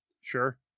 sure